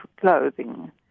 clothing